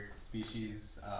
species